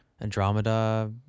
Andromeda